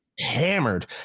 hammered